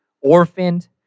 orphaned